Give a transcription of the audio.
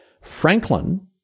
franklin